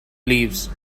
leaves